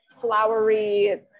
flowery